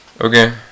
Okay